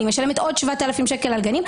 אני משלמת עוד 7,000 שקל על גנים.